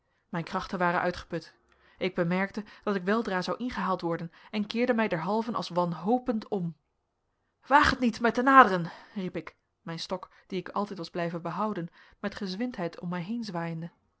mijn krachten waren uitgeput ik bemerkte dat ik weldra zou ingehaald worden en keerde mij derhalve als wanhopend om waagt het niet mij te naderen riep ik mijn stok dien ik altijd was blijven behouden met gezwindheid om mij heen zwaaiende